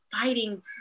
fighting